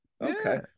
Okay